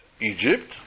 Egypt